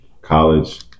college